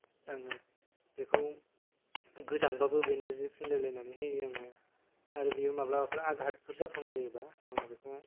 आङो बेखौ गोजांबाबो बेनो जि फिनलायलायनानै होयो आङो आरो बियो माब्लाबाफोर आगादफोर जाफ्लांबायोबा आङो बेखौ